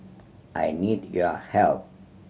I need your help